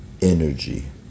energy